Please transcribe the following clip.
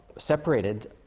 separated,